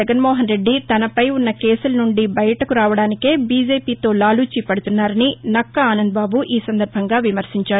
జగన్మోహన్రెడ్డి తనపై ఉన్న కేసులనుండి బయటకు రావడానికే బిజేపి తో లాలూచీ పడుతున్నారని నక్కా ఆనందబాబు ఈ సందర్బంగా విమర్శించారు